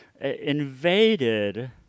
invaded